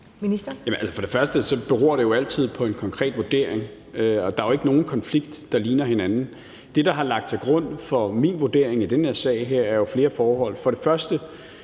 For det første beror det jo altid på en konkret vurdering, og der er jo ikke nogen konflikter, der ligner hinanden. Det, der ligger til grund for min vurdering i den her sag, er jo flere forhold. For det første